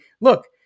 look